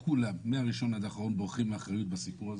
מהראשון עד האחרון בורחים מהאחריות בסיפור הזה.